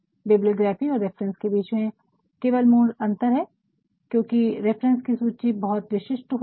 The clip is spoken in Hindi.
बिबलियोग्राफी और रेफरन्स के बीच केवल मूल अंतर है क्योकि रेफरन्स की सूची बहुत विशिष्ट होती है